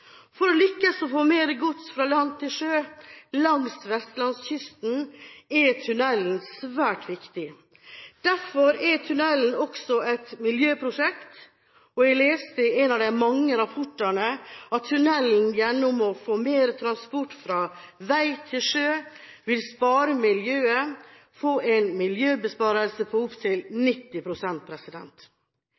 For å lykkes med å få mer gods fra land til sjø langs vestlandskysten er tunnelen svært viktig. Derfor er tunnelen også et miljøprosjekt. Jeg leste i en av de mange rapportene at tunnelen gjennom å få mer transport fra veg til sjø vil spare miljøet – en miljøbesparelse på opptil